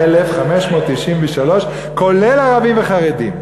24,593, כולל ערבים וחרדים.